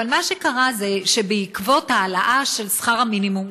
אבל מה שקרה זה שבעקבות ההעלאה של שכר המינימום,